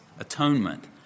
atonement